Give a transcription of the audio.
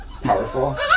powerful